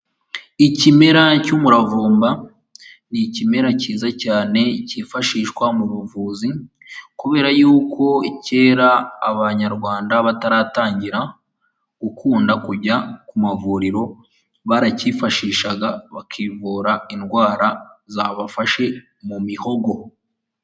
Ikimera cy'umuravumba, ni ikimera cyiza cyane cyifashishwa mu buvuzi, kubera y'uko kera abanyarwanda bataratangira gukunda kujya ku mavuriro, baracyifashishaga, bakivura indwara zabafashe mu mihogo.